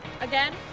Again